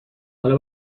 حالا